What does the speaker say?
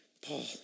Paul